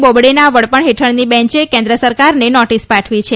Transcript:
બોબડેના વડપણ હેઠળની બેંચે કેન્દ્ર સરકારને નોટિસ પાઠવી છે